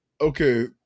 okay